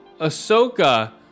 Ahsoka